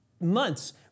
months